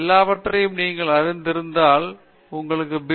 எல்லாவற்றையும் நீங்கள் அறிந்திருந்தால் உங்களுக்கு பி